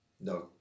No